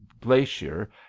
Glacier